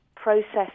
Process